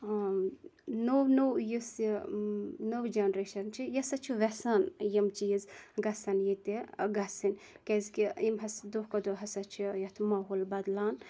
نوٚو نوٚو یُس یہِ نٔو جنریشَن چھِ یہِ ہسا چھِ وٮ۪ژھان یِم چیٖز گَژھن ییٚتہِ گَژھٕنۍ کیازکہ یِم ہَسا دۄہ کھۄتہٕ دۄہ ہَسا چھِ یَتھ ماحول بَدلان